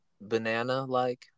banana-like